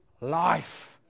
life